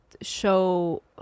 show